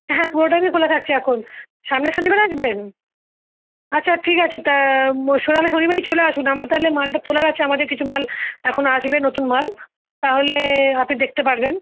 হ্যাঁ হ্যাঁ পুরো টাইমই খোলা থাকছে এখন সামনের শনিবার আসবেন আচ্ছা ঠিক আছে তা শোনালে শনিবারই চলে আসুন আমরা তাহলে মালটা তোলার আছে আমাদের কিছু মাল এখন আসবে নতুন মাল তাহলে আপনি দেখতে পারবেন